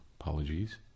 Apologies